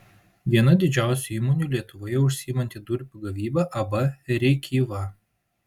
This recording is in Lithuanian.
viena didžiausių įmonių lietuvoje užsiimanti durpių gavyba ab rėkyva